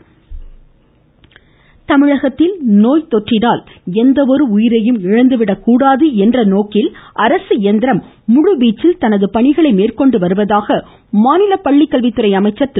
செங்கோட்டையன் தமிழகத்தில் நோய்த்தொற்றினால் எந்தவொரு உயிரையும் இழந்துவிடக்கூடாது என்ற நோக்கில் அரசு இயந்திரம் முழுவீச்சில் தமது பணிகளை மேற்கொண்டு வருவதாக மாநில பள்ளிக்கல்வித்துறை அமைச்சர் திரு